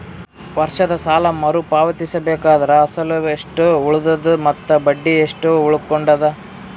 ವರ್ಷದ ಸಾಲಾ ಮರು ಪಾವತಿಸಬೇಕಾದರ ಅಸಲ ಎಷ್ಟ ಉಳದದ ಮತ್ತ ಬಡ್ಡಿ ಎಷ್ಟ ಉಳಕೊಂಡದ?